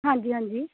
ਹਾਂਜੀ ਹਾਂਜੀ